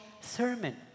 sermon